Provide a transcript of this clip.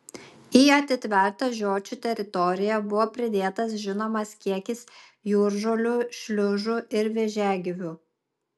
į atitvertą žiočių teritoriją buvo pridėtas žinomas kiekis jūržolių šliužų ir vėžiagyvių